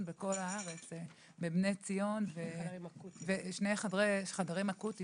28 בפברואר 2023 ואני מתכבד לפתוח את ישיבת ועדת הבריאות.